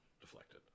deflected